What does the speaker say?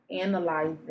analyze